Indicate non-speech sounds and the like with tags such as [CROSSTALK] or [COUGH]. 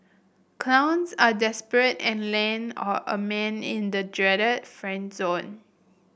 clowns are desperate and land [HESITATION] a man in the dreaded friend zone